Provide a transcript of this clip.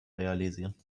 realisieren